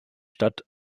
stadt